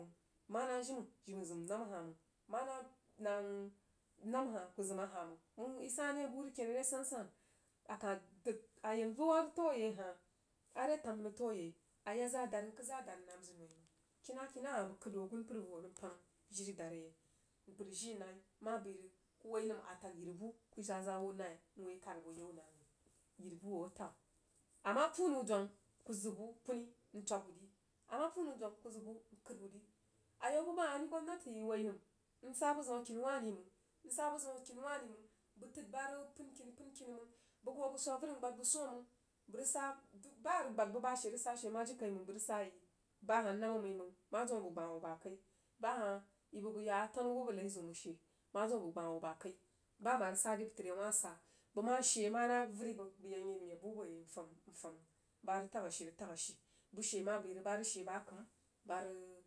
Mana jimə, jimə zim nabm hah məng, mana nabm hah bəg zim ahah məngo məng isa ne bu reg ken re san san? Akah dəg ayiri nəm bu ma rəg təu aye ahah a retam rəg təu yei hah a ya za dad n kəd za dad n nam zəg noi məng kinakina hah bəg kəd hoo agun pər nan təng jiri deri yai bəg sid jii naiku woi nəm a təg yiribu ku zaza hoo nai n hoo ye kad bo yau nam yiri bu atag ama puu nəu dwong ku zəg bu kuni in twab wuri, ama puu napu dong ka zəg bun kəə wuri ayau buba hah ri gwamnatu yi woinən n sa bəg zəu akini wah ri məng, n sa bəg zəu a kini wah ri məng, n sa bəg zəuna kini wah ri məna bəg təd bu ba rəg pənkini pənkini məng bəg hoo bəg gwa bəg hoo bəg gwag avəri n gbad bəg swoh məng bəg rəg sa ba rəg gbad du bashe rəg sa she ma jiri kai məng bəg rəg sa yi bahah nabm məi məng ma zəm a bəg gbah hoo ba kai ba hah i bəbəg ya tanu awub arezəun məng she ma zim abəg gbah ho ba kai bama rəg sa dəi təri a wah sa. Bəg ma she mana avəri bəg bəg yak nye meb bu bo yei n fam ba rəg tag ashi rəg tag ashi. Bu shei ma bəi ba rəg she ba kəm ba rəg.